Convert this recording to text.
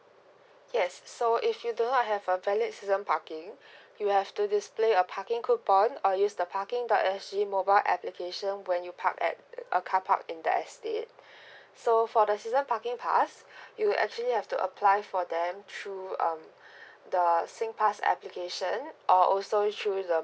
yes so if you do not have a valid season parking you have to display a parking coupon or use the parking dot s g mobile application when you park at a carpark in that estate so for the season parking pass you actually have to apply for them through um the uh singpass application or also through the mobile